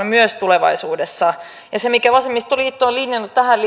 myös tulevaisuudessa se mitä vasemmistoliitto on linjannut tähän